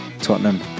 Tottenham